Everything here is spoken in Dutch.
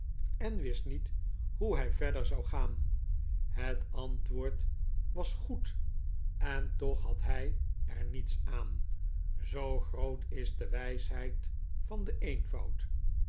en wist niet hoe hij verder zou gaan het antwoord was goed en toch had hij er niets aan zoo groot is de wijsheid van den eenvoud